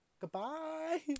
goodbye